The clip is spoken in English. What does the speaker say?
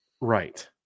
right